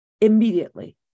immediately